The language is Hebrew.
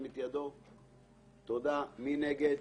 מי נגד?